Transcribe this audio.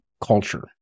culture